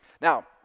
Now